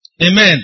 Amen